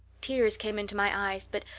tears came into my eyes, but,